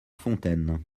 fontaine